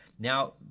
Now